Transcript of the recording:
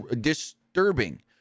disturbing